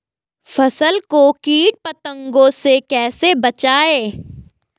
फसल को कीट पतंगों से कैसे बचाएं?